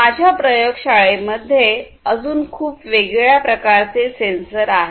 माझ्या प्रयोगशाळेत अजून खूप वेगळ्या प्रकारचे सेन्सर आहेत